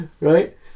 Right